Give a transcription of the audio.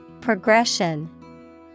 Progression